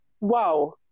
wow